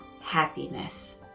happiness